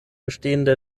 bestehende